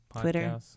Twitter